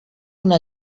una